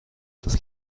das